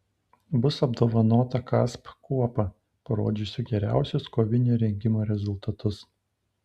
bus apdovanota kasp kuopa parodžiusi geriausius kovinio rengimo rezultatus